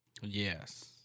Yes